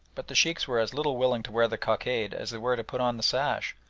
but the sheikhs were as little willing to wear the cockade as they were to put on the sash,